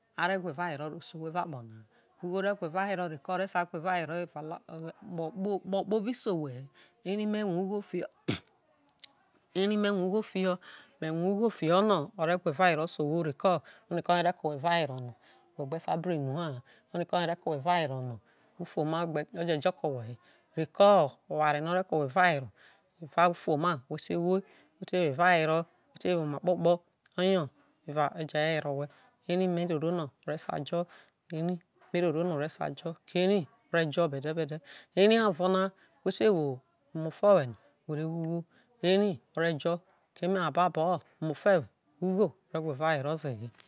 are gwa evawero ro se owho evao akpona na, ugho re gwa evawero reko o re sa gwa eva la va kpo kpobi se owhe he eri me rue ugho fiho eri me rue ugho fiho me rue ugho fiho no ore gwa evawere se owho reko ore ke owe evawero no whe gbe sai bru enaha aroniko ore ko owhe evawero no ufuoma je jo ke owhe he. Reko oware no ore ko owhe evawero whe te woi wete wo evawero whe te wo oma kpo kpo ko ye ho era eje were owhe, eri me roro no ore sei jo ore sai jo kere ore jo bede bede eri ovona whe te wo omo fo whe no were wo ugho eri orejo keme abao omofowe ugho ore gwa evawero zehe